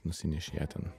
nusineši ją ten